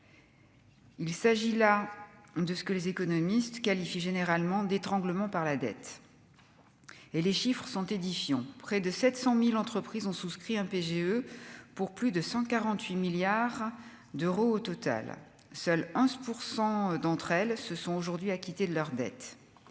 Il s'agit là de ce que les économistes qualifient généralement d'étranglement par la dette et les chiffres sont édifiants : près de 700000 entreprises ont souscrit un PGE pour plus de 148 milliards d'euros au total, seule, hein, pour 100 d'entre elles se sont aujourd'hui acquittés de leurs dettes,